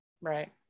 right